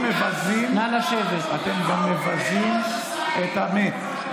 אתם פשוט מבזים, אתם מבזים את המת.